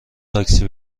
تاکسی